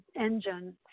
engine